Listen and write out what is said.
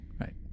Right